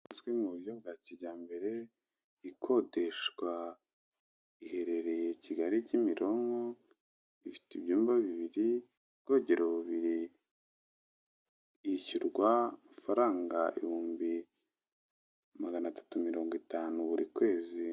Inzu iri mu buryo bwa kijyambere, ikodeshwa , iherereye Kigali Kimironko, ifite ibyumba bibiri , ubwogero bubiri ,yishyurwa amafaranga ibihumbi magana atatu mirongo itanu buri kwezi.